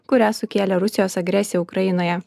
kurią sukėlė rusijos agresija ukrainoje